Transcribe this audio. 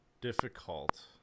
difficult